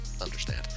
understand